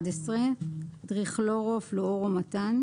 CFC-11 - טריכלורו-פלואורו-מתן,